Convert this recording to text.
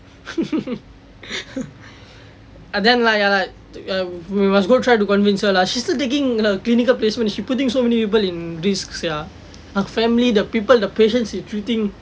ah then like ya lah err we must go try to convince her lah she's still taking her clinical placement she putting so many people in risk sia the family the people the patients she treating